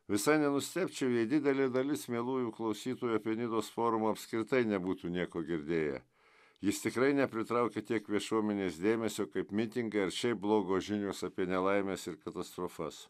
visai nenustebčiau jei didelė dalis mielųjų klausytojų apie nidos forumą apskritai nebūtų nieko girdėję jis tikrai nepritraukia tiek viešuomenės dėmesio kaip mitingai ar šiaip blogos žinios apie nelaimes ir katastrofas